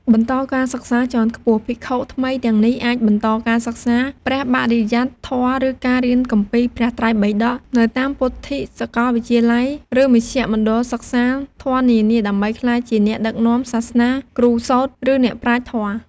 បន្តការសិក្សាជាន់ខ្ពស់ ភិក្ខុថ្មីទាំងនេះអាចបន្តការសិក្សាព្រះបរិយត្តិធម៌ ឬ ការរៀនគម្ពីរព្រះត្រៃបិដក នៅតាមពុទ្ធិកសាកលវិទ្យាល័យ ឬមជ្ឈមណ្ឌលសិក្សាធម៌នានា ដើម្បីក្លាយជាអ្នកដឹកនាំសាសនា គ្រូសូត្រ ឬអ្នកប្រាជ្ញធម៌។